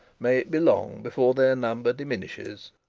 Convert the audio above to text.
may it be long before their number diminishes.